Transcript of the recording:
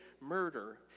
murder